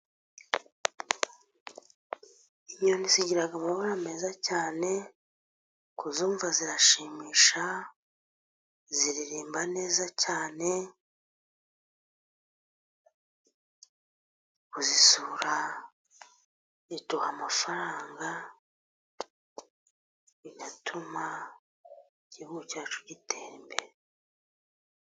Inyoni zigira amabara meza cyane. Kuzumva zirashimisha, ziririmba neza cyane. Kuzisura biduha amafaranga, bigatuma Igihugu cyacu gitera imbere.